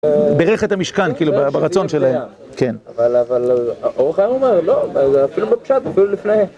בירך את המשכן, כאילו ברצון שלהם כן אבל, אבל, האור החיים אומר, לא, אפילו בפשט, אפילו לפני